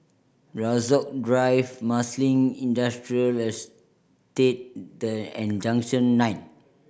Rasok Drive Marsiling Industrial Estated and Junction Nine